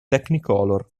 technicolor